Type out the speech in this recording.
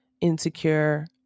Insecure